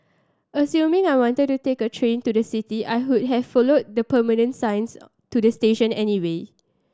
assuming I wanted to take the train to the city I could have followed permanent signs to the station anyway